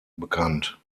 bekannt